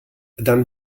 dann